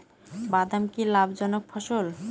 বাদাম কি লাভ জনক ফসল?